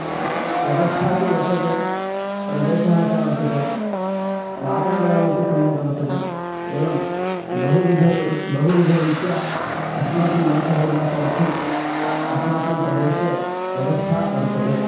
व्यवस्था तु वर्तते प्रदेशः च वर्तते वातावरणमपि सम्यक् वर्तते एवं बहुविधः बहुविधरीत्या अस्माकं मनसः उल्लासार्थम् अस्माकं प्रदेशे व्यवस्था वर्तते